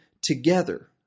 together